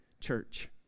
Church